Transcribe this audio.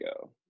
go